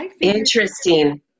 Interesting